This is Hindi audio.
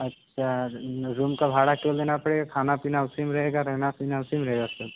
अच्छा रूम का भाड़ा केवल देना पड़ेगा खाना पीना उसी में रहेगा रहना पीना उसी में रहेगा सब